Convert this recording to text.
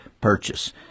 purchase